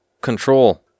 Control